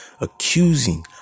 accusing